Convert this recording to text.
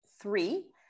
three